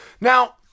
Now